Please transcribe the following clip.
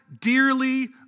dearly